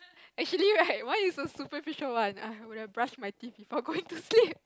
actually right why you so superficial one I would have brushed my teeth before going to sleep